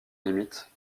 limites